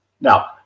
Now